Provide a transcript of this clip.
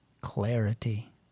Clarity